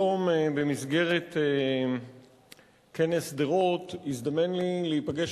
היום במסגרת כנס שדרות הזדמן לי להיפגש